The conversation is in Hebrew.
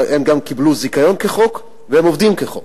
הם גם קיבלו זיכיון כחוק, והם עובדים כחוק.